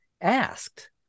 asked